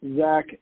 Zach